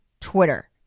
Twitter